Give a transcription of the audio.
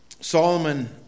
Solomon